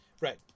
Right